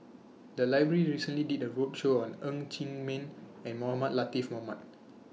The Library recently did A roadshow on Ng Chee Meng and Mohamed Latiff Mohamed